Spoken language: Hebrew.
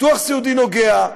ביטוח סיעודי, נוגע.